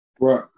Right